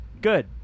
Good